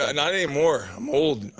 ah not anymore. i'm old.